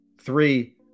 three